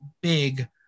big